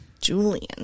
Julian